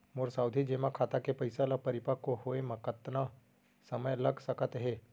मोर सावधि जेमा खाता के पइसा ल परिपक्व होये म कतना समय लग सकत हे?